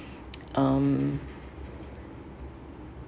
um